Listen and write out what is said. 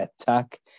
attack